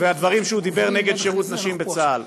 והדברים שהוא דיבר נגד שירות נשים בצה"ל.